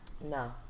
No